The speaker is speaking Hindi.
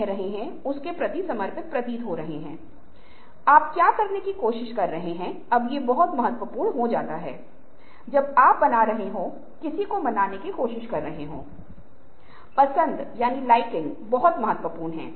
क्योंकि आपको यह अवधारणा प्रदान करना है कि व्यक्ति आपके लिए एक रोल मॉडल है